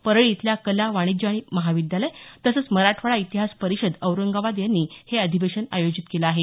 परळी इथल्या कला वाणिज्य महाविद्यालय तसंच मराठवाडा इतिहास परिषद औरंगाबाद यांनी हे अधिवेशन आयोजित केलं आहे